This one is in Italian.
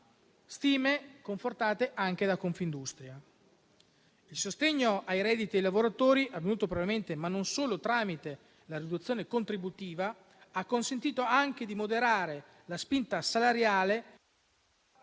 stime confortate anche da Confindustria. Il sostegno ai redditi dei lavoratori, avvenuto prevalentemente, ma non solo, tramite la riduzione contributiva, ha consentito anche di moderare la spinta salariale...